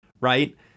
right